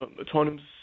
autonomous